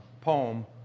poem